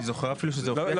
אני מבקש בעניין